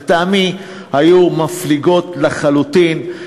לטעמי הן היו מפליגות לחלוטין,